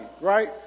right